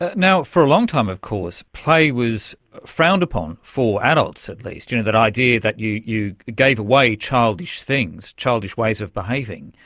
you know for a long time of course play was frowned upon, for adults at least, you know the idea that you you gave away childish things, childish ways of behaving.